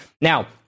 Now